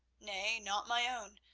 nay, not my own,